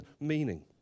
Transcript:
meaning